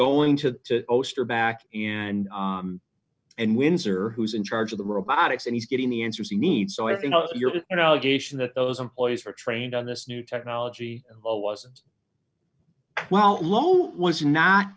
going to host her back and and windsor who's in charge of the robotics and he's getting the answers you need so i think you're an allegation that those employees are trained on this new technology or wasn't well lho was not